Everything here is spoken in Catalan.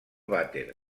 vàter